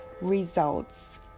results